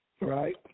right